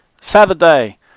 Saturday